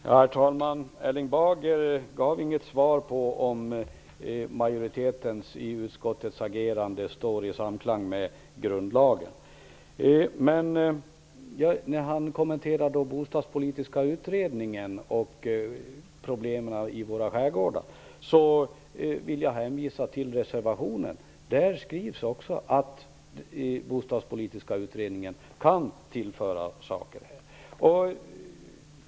Herr talman! Erling Bager gav inget svar på om agerandet av majoriteten i utskottet står i samklang med grundlagen. Men när han kommenterar den bostadspolitiska utredningen och problemen i våra skärgårdar vill jag hänvisa till reservationen. Där skrivs också att den bostadspolitiska utredningen kan tillföra saker.